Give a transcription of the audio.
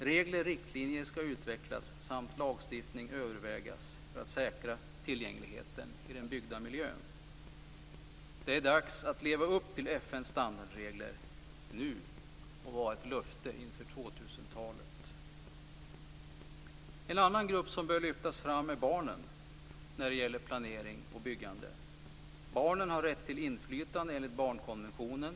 Regler och riktlinjer skall utvecklas samt lagstiftning övervägas för att säkra tillgängligheten i den byggda miljön. Det är dags att leva upp till FN:s standardregler nu. Låt det vara ett löfte inför 2000-talet! En annan grupp som bör lyftas fram när det gäller planering och byggande är barnen. Barnen har rätt till inflytande enligt barnkonventionen.